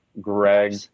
Greg